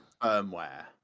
firmware